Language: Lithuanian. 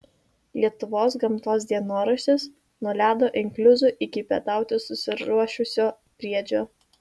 lietuvos gamtos dienoraštis nuo ledo inkliuzų iki pietauti susiruošusio briedžio